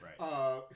right